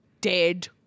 dead